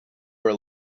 are